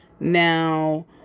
Now